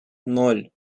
ноль